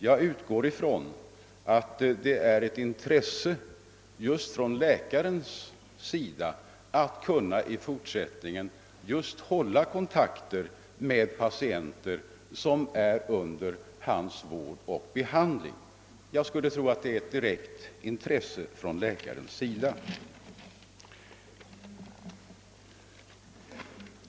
Jag utgår ifrån att det är ett intresse just från läkarens sida att i fortsättningen kunna hålla kontakter med patienter som är under hans vård och behandling. Jag skulle tro att det är ett direkt intresse från läkarens sida.